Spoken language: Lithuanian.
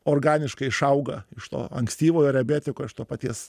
organiškai išauga iš to ankstyvojo rebetiko iš to paties